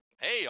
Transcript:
Hey